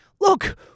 look